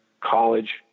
college